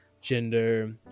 gender